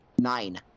Nine